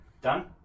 Done